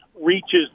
reaches